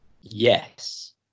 yes